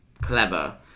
clever